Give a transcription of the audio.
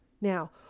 Now